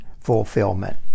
fulfillment